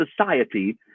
society